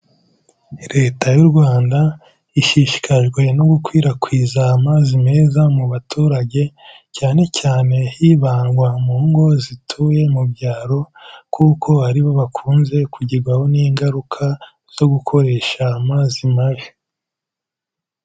Leta y'u Rwanda ishishikajwe no gukwirakwiza amazi meza mu baturage cyane cyane hibandwa mu ngo zituye mu byaro kuko aribo bakunze kugerwaho n'ingaruka zo gukoresha amazi mabi.